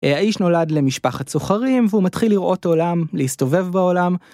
האיש נולד למשפחת סוחרים והוא מתחיל לראות עולם להסתובב בעולם.